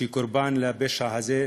שהיא קורבן לפשע הזה,